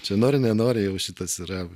čia nori nenori jau šitas yra